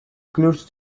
includes